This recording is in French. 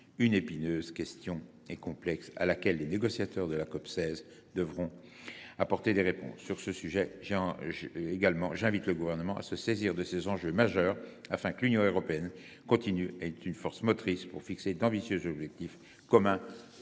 épineuse et complexe à laquelle les négociateurs de la COP16 devront apporter des réponses. Sur ce sujet également, j’invite le Gouvernement à se saisir de ces enjeux majeurs afin que l’Union européenne continue d’être une force motrice en vue de fixer d’ambitieux objectifs communs